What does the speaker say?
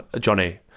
Johnny